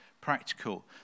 practical